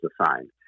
assigned